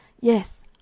Yes